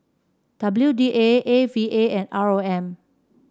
W D A A V A and R O M